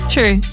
True